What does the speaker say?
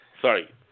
Sorry